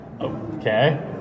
Okay